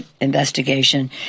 investigation